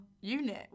Unit